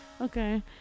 okay